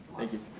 thank you.